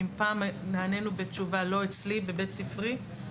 אם פעם נענינו בתשובה "לא בבית ספרנו",